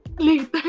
later